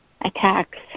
attacks